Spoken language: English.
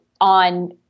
on